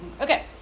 Okay